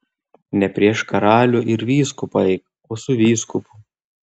ne prieš karalių ir vyskupą eik o su vyskupu